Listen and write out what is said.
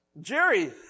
Jerry